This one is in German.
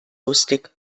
lustig